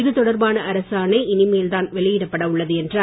இது தொடர்பான அரசு இனிமேல்தான் வெளியிடப்பட உள்ளது என்றார்